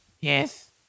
Yes